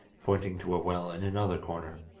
pointing to a well in another corner.